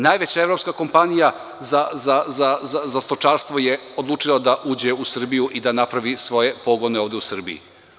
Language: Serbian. Najveća evropska kompanija za stočarstvo je odlučila da uđe u Srbiju i da napravi svoje pogone ovde u Srbiji.